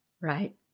right